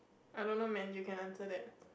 I don't know man you can answer that